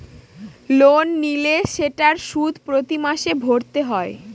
loan নিলে সেটার সুদ প্রতি মাসে ভরতে হয়